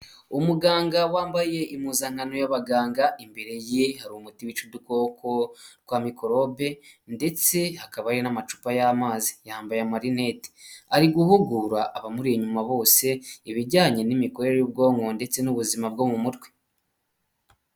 Umuganga wambaye impuzankano y'abaganga, imbere ye hari umuti wica udukoko twa mikorobe ndetse hakaba hari n'amacupa y'amazi, yambaye amarinete. Ari guhugura abamuri inyuma bose, ibijyanye n'imikorere y'ubwonko ndetse n'ubuzima bwo mu mutwe.